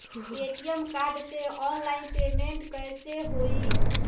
ATM card से online payment कैसे होई?